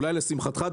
אולי לשמחתך,